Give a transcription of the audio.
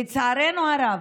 לצערנו הרב,